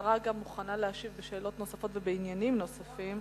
השרה מוכנה להשיב גם על שאלות נוספות ועל עניינים נוספים.